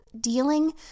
dealing